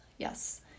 Yes